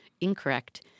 incorrect